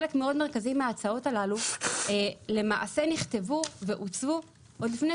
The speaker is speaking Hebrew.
חלק מרכזי מאוד מן ההצעות הללו למעשה נכתב ועוצב עוד לפני